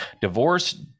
divorce